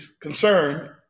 concerned